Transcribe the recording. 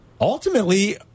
Ultimately